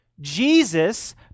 Jesus